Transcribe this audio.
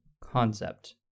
concept